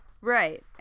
Right